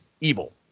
evil